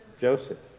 Joseph